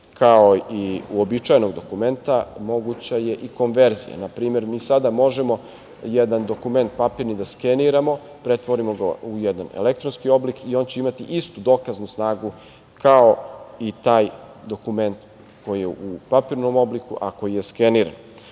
kao i uobičajenog dokumenta, moguća je i konverzija. Na primer, mi sada možemo jedan papirni dokument da skeniramo, pretvorimo ga u jedan elektronski oblik i on će imati istu dokaznu snagu kao i taj dokument koji je u papirnom obliku a koji je skeniran. Možemo